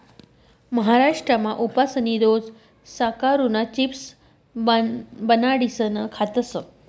महाराष्ट्रमा उपासनी रोज साकरुना चिप्स बनाडीसन खातस